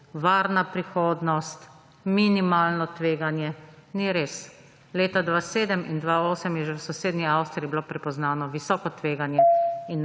varna prihodnost, minimalno tveganje. Ni res! Leta 2007 in 2008 je že v sosednji Avstriji bilo prepoznano visoko tveganje